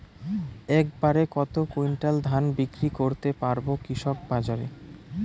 এক বাড়ে কত কুইন্টাল ধান বিক্রি করতে পারবো কৃষক বাজারে?